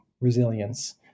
resilience